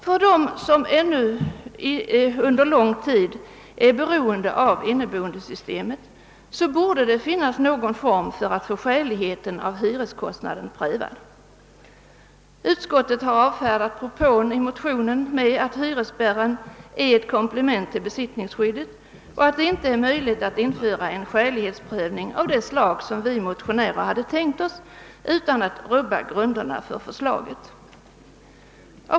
För dem som ännu under lång tid är beroende av inneboendesystemet borde det dessutom finnas någon form för prövning av skäligheten av hyreskostnaden. Utskottet har avfärdat propån i motionen med att hyresspärren är ett komplement till besittningsskyddet och att det inte är möjligt att införa en skälighetsprövning av det slag som vi motionärer tänkt oss utan att rubba grunderna för förslaget. Herr talman!